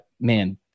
man